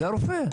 זה הרופא.